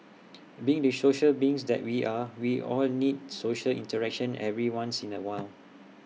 being the social beings that we are we all need social interaction every once in A while